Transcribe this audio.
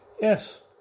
yes